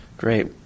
Great